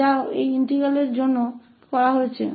तो यह इंटीग्रल के लिए किया जाता है